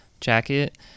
jacket